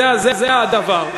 זה הדבר,